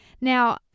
Now